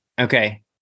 Okay